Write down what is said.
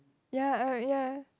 ya um ya